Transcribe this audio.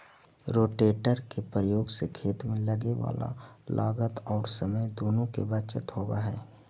rotator के प्रयोग से खेत में लगे वाला लागत औउर समय दुनो के बचत होवऽ हई